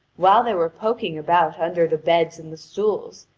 while they were poking about under the beds and the stools,